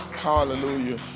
Hallelujah